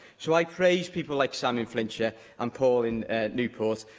so, i praise people like sam in flintshire and paul in newport,